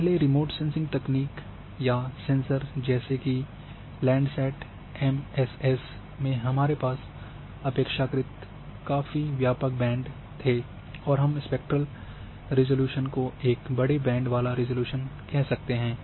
पहले remote sensing तकनीक या सेंसर जैसे कि लैंडसैट एमएसएस में हमारे पास अपेक्षाकृत काफ़ी व्यापक बैंड थे और हम स्पेक्ट्रल रिज़ॉल्यूशन को एक बड़े बैंड वाला रिज़ॉल्यूशन कह सकते हैं